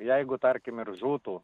jeigu tarkim ir žūtų